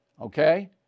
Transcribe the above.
okay